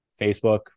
Facebook